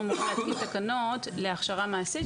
אנחנו מתקינים תקנות להכשרה מעשית,